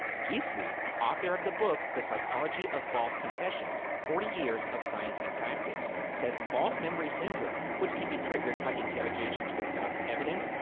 gisli, author of the book the psychology of false confessions, forty years of science and practice, says false memory syndrome, which can be triggered by interrogations with false evidence,